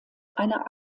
einer